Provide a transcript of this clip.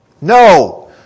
No